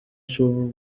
cuba